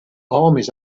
armies